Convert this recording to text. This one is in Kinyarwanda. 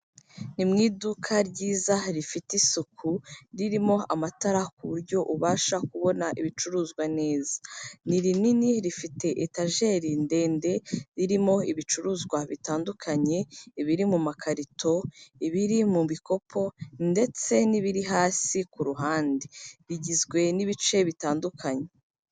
Ni mu iduka ryiza rifite isuku ririmo amatara ku buryo ubasha kubona ibicuruzwa neza ni rinini rifite etajeri ndende irimo ibicuruzwa bitandukanye, ibiri mu makarito, ibiri mu bikopo ndetse n'ibiri hasi ku ruhande, rigizwe n'ibice bitandukanye.